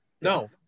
no